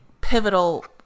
pivotal